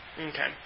Okay